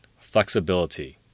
flexibility